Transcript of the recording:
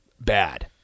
Bad